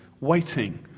Waiting